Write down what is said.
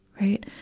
right.